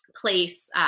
place